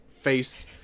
face